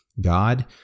God